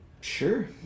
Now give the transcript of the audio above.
Sure